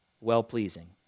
Well-pleasing